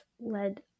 led